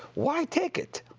why take it?